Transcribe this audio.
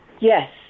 Yes